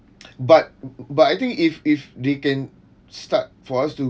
but but I think if if they can start for us to